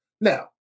Now